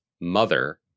mother